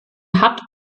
hat